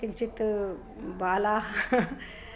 किञ्चित् बालाः